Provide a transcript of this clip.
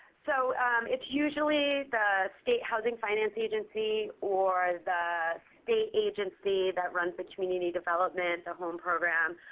so it's usually the state housing finance agency, or the state agency that runs the community development, the home program.